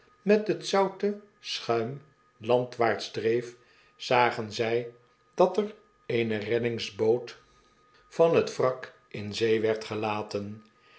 met t zoute schuim landwaarts dreef zagen zij dat er e en e reddingsboot van t wrak in zee werd gelaten